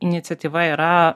iniciatyva yra